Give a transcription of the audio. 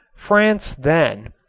france then,